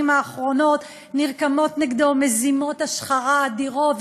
האחרונות נרקמות נגדו מזימות השחרה אדירות,